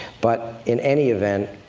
but, in any event,